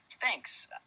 thanks